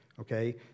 Okay